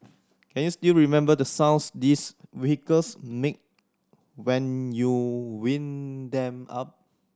can you still remember the sounds these vehicles make when you wind them up